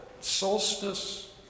Solstice